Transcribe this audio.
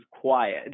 quiet